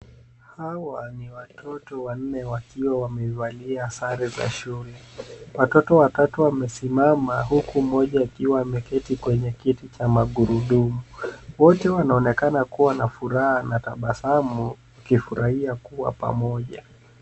Hawa ni watoto wanne wakiwa wamevalia sare za shule. Watoto watatu wamesimama huku mmoja akiwa ameketi kwenye kiti cha magurudumu. Wote wanaonekana kuwa na furaha na tabasamu wakifurahia kuwa pamoja.